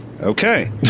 Okay